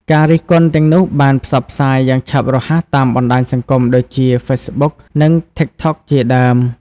ការរិះគន់ទាំងនោះបានផ្សព្វផ្សាយយ៉ាងឆាប់រហ័សតាមបណ្តាញសង្គមដូចជាហ្វេសប៊ុក និង TikTok ជាដើម។